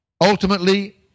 ultimately